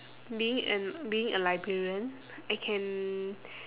being an being a librarian I can